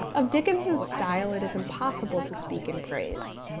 of dickens's style it is impossible to speak in praise.